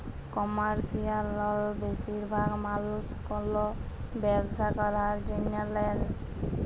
commercial লল বেশিরভাগ মালুস কল ব্যবসা ক্যরার জ্যনহে লেয়